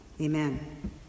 Amen